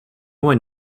one